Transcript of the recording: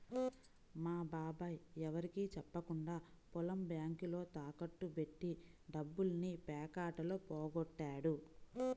మా బాబాయ్ ఎవరికీ చెప్పకుండా పొలం బ్యేంకులో తాకట్టు బెట్టి డబ్బుల్ని పేకాటలో పోగొట్టాడు